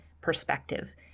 perspective